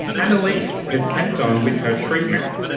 annaleise has kept on with her treatment.